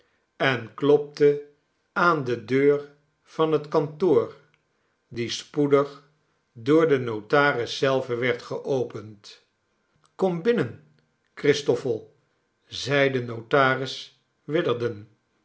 en klopte aan de deur van het kantoor die spoedig door den notaris zelven werd geopend kom binnen christoffel zeide notaris